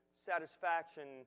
satisfaction